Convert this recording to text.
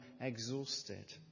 exhausted